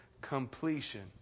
completion